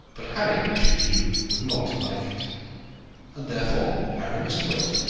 but harry, she knew, would not like it and therefore harry must wait.